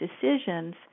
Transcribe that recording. decisions